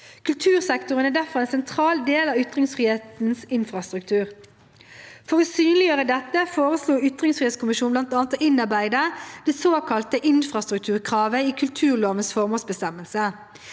Kultursektoren er derfor en sentral del av ytringsfrihetens infrastruktur. For å synliggjøre dette foreslo ytringsfrihetskommisjonen bl.a. å innarbeide det såkalte infrastrukturkravet i kulturlovens formålsbestemmelse,